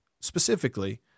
specifically